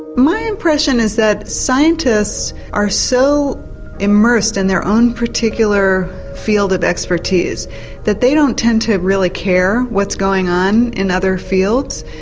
my impression is that scientists are so immersed in their own particular field of expertise that they don't tend to really care what's going on in other fields.